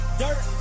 dirt